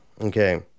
okay